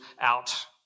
out